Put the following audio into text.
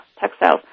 textiles